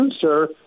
sir